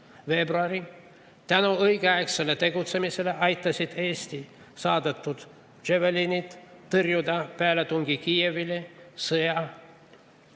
veebruari. Tänu õigeaegsele tegutsemisele aitasid Eesti saadetud Javelinid tõrjuda pealetungi Kiievile sõja